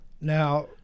Now